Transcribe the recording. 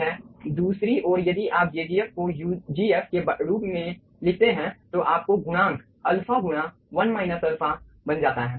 है दूसरी ओर यदि आप jgf को ugf के रूप में लिखते हैं तो आपको गुणांक अल्फा गुणा 1 अल्फा बन जाता है